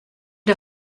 der